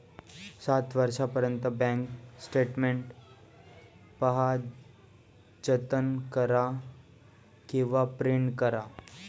सात वर्षांपर्यंत bank statement पहा, जतन करा किंवा प्रिंट करा